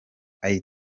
nawe